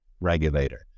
regulator